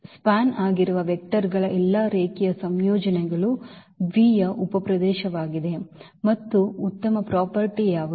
SPAN ಆಗಿರುವ vectors ಗಳ ಎಲ್ಲಾ ರೇಖೀಯ ಸಂಯೋಜನೆಗಳು V ಯ ಉಪಪ್ರದೇಶವಾಗಿದೆ ಮತ್ತು ಉತ್ತಮ ಆಸ್ತಿ ಯಾವುದು